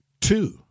two